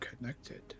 connected